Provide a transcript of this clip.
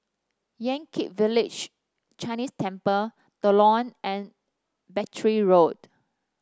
Yan Kit Village Chinese Temple The Lawn and Battery Road